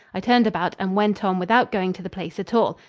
i turned about and went on without going to the place at all,